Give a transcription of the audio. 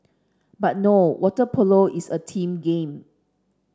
but no water polo is a team game